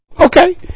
Okay